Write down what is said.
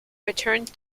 returned